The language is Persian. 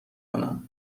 کنم